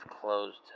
closed